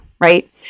right